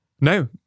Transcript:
No